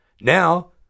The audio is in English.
Now